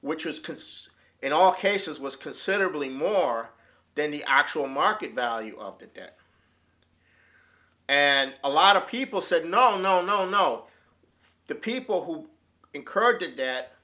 conceived in all cases was considerably more than the actual market value of the debt and a lot of people said no no no no the people who encouraged that